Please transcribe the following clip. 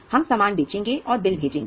हम सामान बेचेंगे और बिल भेजेंगे